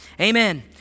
Amen